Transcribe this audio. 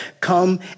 come